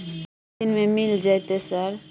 केतना दिन में मिल जयते सर?